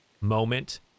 moment